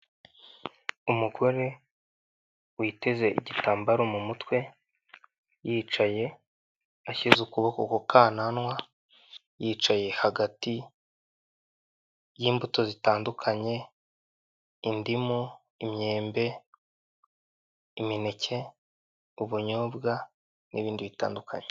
Umugore witeze igitambaro mu mutwe, yicaye ashyize ukuboko ku kananwa, yicaye hagati y'imbuto zitandukanye, indimu, imyembe, imineke, ubunyobwa, n'ibindi bitandukanye.